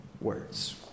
words